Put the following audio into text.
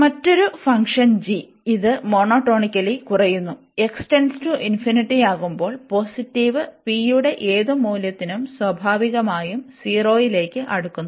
മറ്റൊരു function g ഇത് monotonically കുറയുന്നു യാകുമ്പോൾ പോസിറ്റീവ് pയുടെ ഏത് മൂല്യത്തിനും സ്വാഭാവികമായും 0ലേക് അടുക്കുന്നു